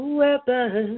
weapon